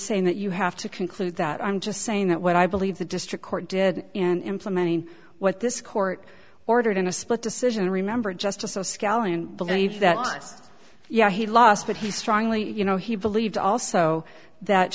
saying that you have to conclude that i'm just saying that what i believe the district court did in implementing what this court ordered in a split decision remember justice so scallion believes that just yeah he lost but he strongly you know he believed also that